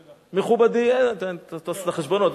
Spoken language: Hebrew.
מכובדי, אתה עושה את החשבונות.